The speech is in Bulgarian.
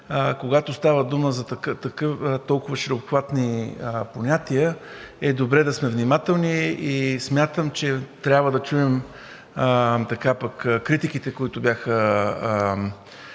когато става дума за толкова широкообхватни понятия, е добре да сме внимателни и смятам, че трябва да чуем критиките, които бяха